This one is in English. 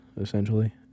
essentially